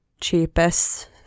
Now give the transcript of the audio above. cheapest